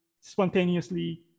spontaneously